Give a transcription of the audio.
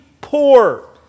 poor